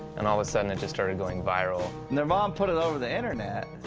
and all of a sudden it just started going viral. nirvan put it over the internet,